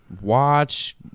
watch